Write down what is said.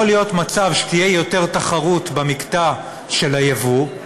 יכול להיות מצב שתהיה יותר תחרות במקטע של הייבוא,